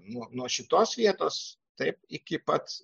nuo nuo šitos vietos taip iki pat